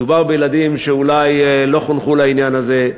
מדובר בילדים שאולי לא חונכו לעניין הזה.